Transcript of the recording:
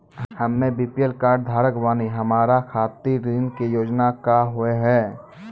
हम्मे BPL card धारक बानि हमारा खातिर ऋण के योजना का होव हेय?